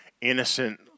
innocent